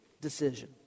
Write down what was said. decision